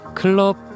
club